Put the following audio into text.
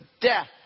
death